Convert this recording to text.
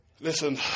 Listen